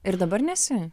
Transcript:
ir dabar nesi